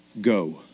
go